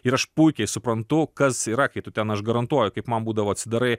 ir aš puikiai suprantu kas yra kai tu ten aš garantuoju kaip man būdavo atsidarai